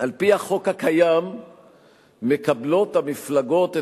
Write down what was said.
על-פי החוק הקיים מקבלות המפלגות את